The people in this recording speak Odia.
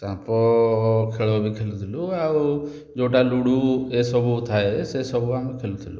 ସାପ ଖେଳ ବି ଖେଲିଥିଲୁ ଆଉ ଯେଉଁଟା ଲୁଡ଼ୁ ଏସବୁ ଥାଏ ସେସବୁ ଆମେ ଖେଲୁଥିଲୁ